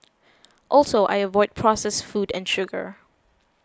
also I avoid processed food and sugar